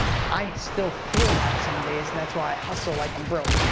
i still feel that some days. that's why i hustle like i'm broke.